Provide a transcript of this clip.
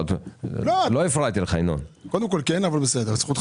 המשותף